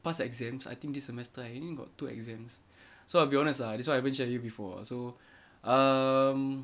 past exams I think this semester I only got two exams so I'll be honest ah this one I haven't share with you before uh so um